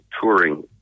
touring